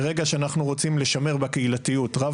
ברגע שאנחנו רוצים לשמר בקהילתיות רב